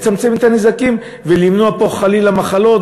לצמצם את הנזקים ולמנוע פה חלילה מחלות